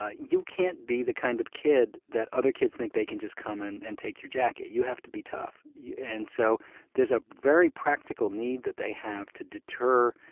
ah you can't be the kind of kid that other kids think they can just come and and take your jacket. you have to be tough. and so there's a very practical need that they have to deter